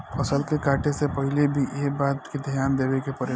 फसल के काटे से पहिले भी एह बात के ध्यान देवे के पड़ेला